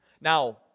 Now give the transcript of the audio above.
Now